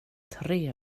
tre